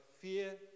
fear